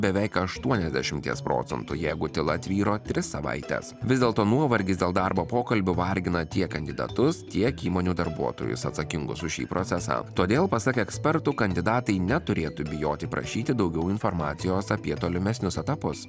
beveik aštuoniasdešimties procentų jeigu tyla tvyro tris savaites vis dėlto nuovargis dėl darbo pokalbio vargina tiek kandidatus tiek įmonių darbuotojus atsakingus už šį procesą todėl pasak ekspertų kandidatai neturėtų bijoti prašyti daugiau informacijos apie tolimesnius etapus